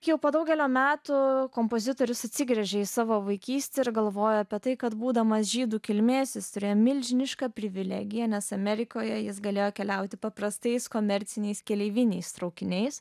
jau po daugelio metų kompozitorius atsigręžė į savo vaikystę ir galvojo apie tai kad būdamas žydų kilmės jis turėjo milžinišką privilegiją nes amerikoje jis galėjo keliauti paprastais komerciniais keleiviniais traukiniais